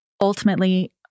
ultimately